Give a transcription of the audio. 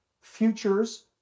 futures